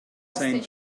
saint